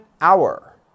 hour